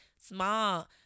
small